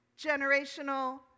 Generational